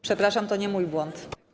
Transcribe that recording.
Przepraszam, to nie mój błąd.